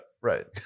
Right